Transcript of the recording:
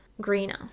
greener